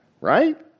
Right